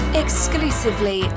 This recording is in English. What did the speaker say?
exclusively